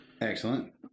excellent